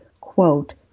quote